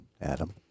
Adam